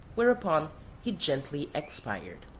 whereupon he gently expired.